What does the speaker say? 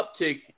uptick